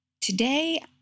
Today